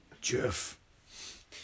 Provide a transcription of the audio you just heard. Jeff